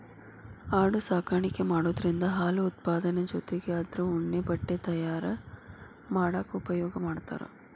ಆಡು ಸಾಕಾಣಿಕೆ ಮಾಡೋದ್ರಿಂದ ಹಾಲು ಉತ್ಪಾದನೆ ಜೊತಿಗೆ ಅದ್ರ ಉಣ್ಣೆ ಬಟ್ಟೆ ತಯಾರ್ ಮಾಡಾಕ ಉಪಯೋಗ ಮಾಡ್ತಾರ